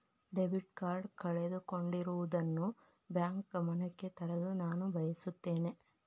debit card ಕಳೆದುಕೊಂಡಿರುವುದನ್ನು bank ಗಮನಕ್ಕೆ ತರಲು ನಾನು ಬಯಸುತ್ತೇನೆ